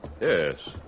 Yes